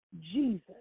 Jesus